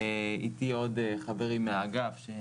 לצערי.